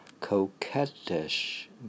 coquettish